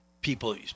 People